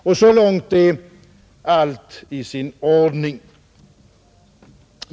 Och så långt är allt i sin ordning.